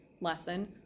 lesson